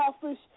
selfish